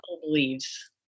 believes